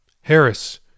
Harris